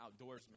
outdoorsman